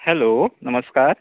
hello नमस्कार